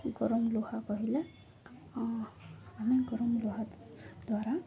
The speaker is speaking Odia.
ଗରମ ଲୁହା କହିଲେ ଆମେ ଗରମ ଲୁହା ଦ୍ୱାରା